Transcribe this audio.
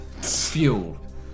Fuel